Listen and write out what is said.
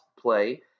play